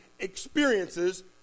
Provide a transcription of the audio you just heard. Experiences